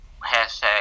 hashtag